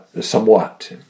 somewhat